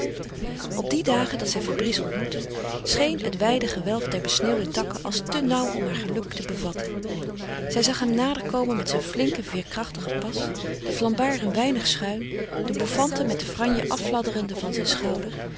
op die dagen dat zij fabrice ontmoette scheen het wijde gewelf der besneeuwde takken als te nauw om haar geluk te bevatten zij zag hem nader komen met zijn flinken veêrkrachtigen pas de flambard een weinig schuin de bouffante met de franje affladderende van zijn schouder